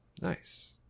Nice